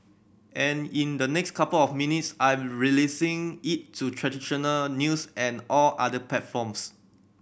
and in the next couple of minutes I'm releasing it to traditional news and all other platforms